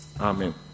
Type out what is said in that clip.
Amen